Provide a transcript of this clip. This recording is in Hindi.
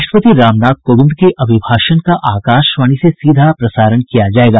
राष्ट्रपति रामनाथ कोविंद के अभिभाषण का आकाशवाणी से सीधा प्रसारण किया जाएगा